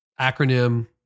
acronym